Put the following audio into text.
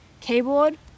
Keyboard